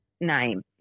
name